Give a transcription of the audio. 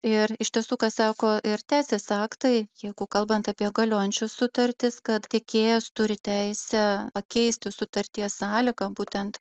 ir iš tiesų ką sako ir teisės aktai jeigu kalbant apie galiojančias sutartis kad tiekėjas turi teisę pakeisti sutarties sąlygą būtent